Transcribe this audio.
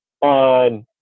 on